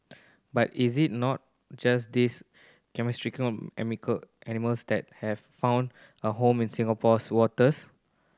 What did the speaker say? but is it not just these charismatic animals that have found a home in Singapore's waters